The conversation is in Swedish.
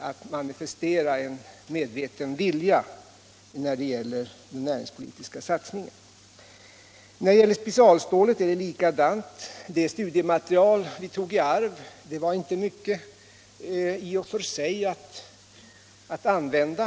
en manifestation av en medveten vilja när det gäller den näringspolitiska satsningen. I fråga om specialstålet är det likadant. Det studiematerial vi tog i arv var inte mycket i och för sig att använda.